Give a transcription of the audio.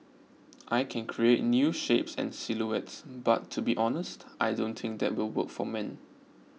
I can create new shapes and silhouettes but to be honest I don't think that will work for men